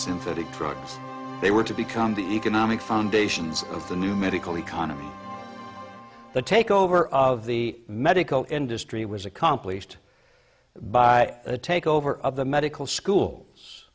synthetic drugs they were to become the economic foundations of the new medical economy the takeover of the medical industry was accomplished by a takeover of the medical schools